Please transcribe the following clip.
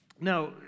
Now